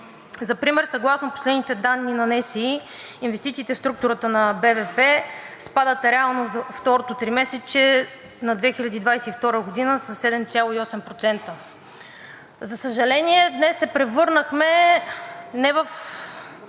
За пример, съгласно последните данни на НСИ инвестициите в структурата на БВП спадат в реално изражение през второто тримесечие на 2022 г. със 7,8%. За съжаление, днес се превърнахме не в